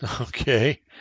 Okay